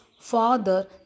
father